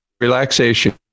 relaxation